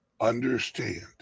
understand